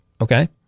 okay